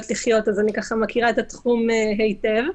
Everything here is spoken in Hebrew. לחיות" אז אני מכירה את התחום היטב.